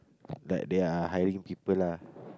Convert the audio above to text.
like they are hiring people lah